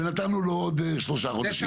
ונתנו לו עוד שלושה חודשים.